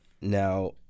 Now